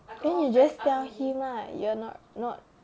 then you just tell him lah you're not not